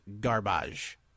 garbage